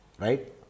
right